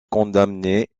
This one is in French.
condamnée